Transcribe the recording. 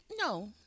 no